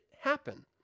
happen